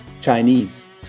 Chinese